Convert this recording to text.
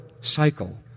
cycle